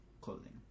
clothing